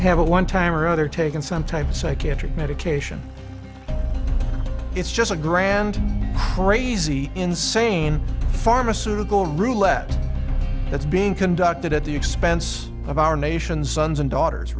have a one time or other taken some type of psychiatric medication it's just a grand crazy insane pharmaceutical roulette that's being conducted at the expense of our nation's sons and daughters